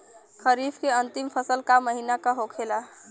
खरीफ के अंतिम फसल का महीना का होखेला?